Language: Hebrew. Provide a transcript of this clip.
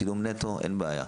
צילום נטו - אין בעיה,